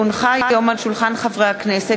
כי הונחו היום על שולחן הכנסת,